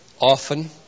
often